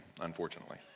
unfortunately